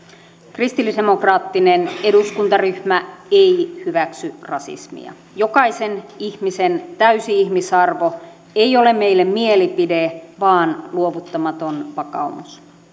kristillisdemok raattinen eduskuntaryhmä ei hyväksy rasismia jokaisen ihmisen täysi ihmisarvo ei ole meille mielipide vaan luovuttamaton vakaumus